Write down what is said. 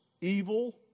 evil